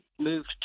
moved